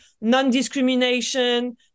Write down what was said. non-discrimination